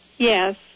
Yes